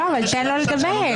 תן לו לדבר.